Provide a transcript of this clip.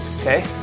Okay